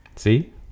See